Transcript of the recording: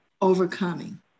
overcoming